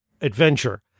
Adventure